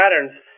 patterns